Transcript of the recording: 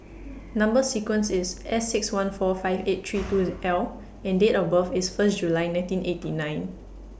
Number sequence IS S six one four five eight three two L and Date of birth IS First July nineteen eighty nine